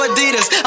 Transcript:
Adidas